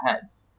heads